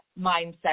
mindset